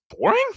boring